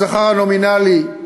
השכר הנומינלי של